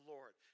Lord